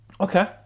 Okay